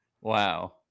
Wow